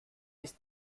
ist